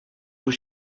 vous